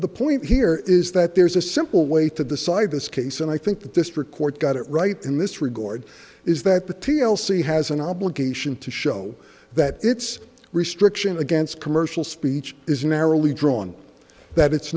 the point here is that there's a simple way to decide this case and i think that this record got it right in this regard is that the t l c has an obligation to show that it's restriction against commercial speech is narrowly drawn that it's